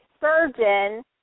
surgeon